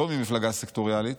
לא ממפלגה סקטוריאלית.